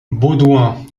baudouin